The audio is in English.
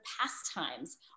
pastimes